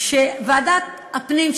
שוועדת הפנים,